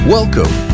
Welcome